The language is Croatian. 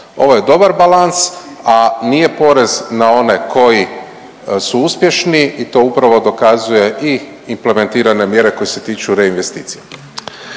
Ovo je dobar balans, a nije porez na one koji su uspješni i to upravo dokazuje i implementirane mjere koje se tiču reinvesticija.